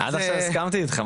עד עכשיו הסכמתי איתך.